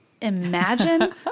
imagine